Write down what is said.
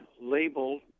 labeled